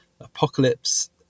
Apocalypse